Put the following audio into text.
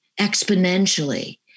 exponentially